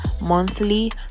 monthly